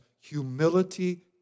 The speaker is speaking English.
humility